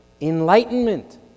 enlightenment